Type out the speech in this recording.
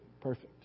perfect